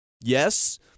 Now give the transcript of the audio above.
Yes